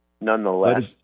nonetheless